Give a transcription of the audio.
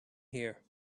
here